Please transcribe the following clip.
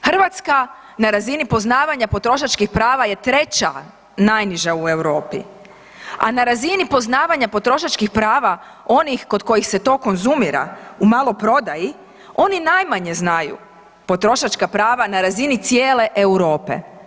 Hrvatska na razini poznavanja potrošačkih prava je treća najniža u Europi, a na razini poznavanja potrošačkih prava onih kod kojih se to konzumira u maloprodaji oni najmanje znaju potrošačka prava na razini cijele Europe.